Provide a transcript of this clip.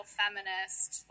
feminist